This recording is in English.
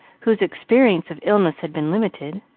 whose experience of illness had been limited.